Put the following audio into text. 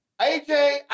AJ